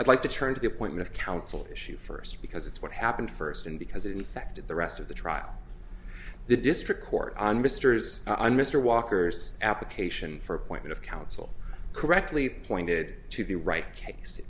i'd like to turn to the point of counsel issue first because it's what happened first and because it effected the rest of the trial the district court on mr's a mr walker's application for appointment of counsel correctly pointed to the ri